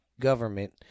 government